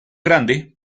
grande